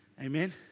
Amen